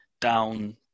down